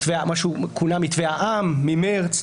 מתווה העם ממרץ,